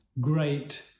great